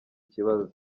kibazo